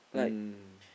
mm